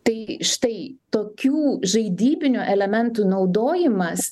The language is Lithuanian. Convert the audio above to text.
tai štai tokių žaidybinių elementų naudojimas